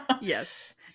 yes